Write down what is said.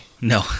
No